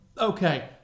okay